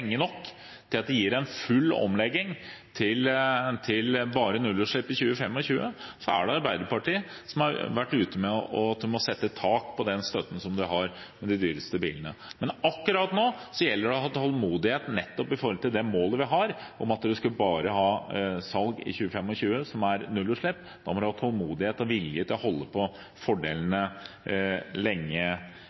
nok til at det gir en full omlegging til bare nullutslipp i 2025, er Arbeiderpartiet, som har vært ute med at man må sette tak på støtten man har til de dyreste bilene. Men akkurat nå gjelder det å ha tålmodighet nettopp med det målet vi har om bare nullutslippssalg i 2025. Da må man ha tålmodighet og vilje til å holde på fordelene lenge